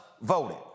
voted